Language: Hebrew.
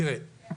תראה,